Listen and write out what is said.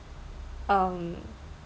um